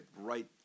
right